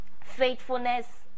faithfulness